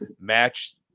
match